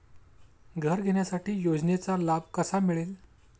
घर घेण्यासाठी योजनेचा लाभ कसा मिळेल?